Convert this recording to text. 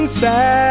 sad